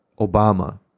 Obama